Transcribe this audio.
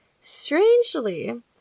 Strangely